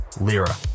Lira